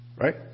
right